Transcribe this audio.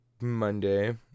Monday